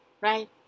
right